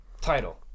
Title